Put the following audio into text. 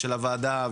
ושל הוועדה,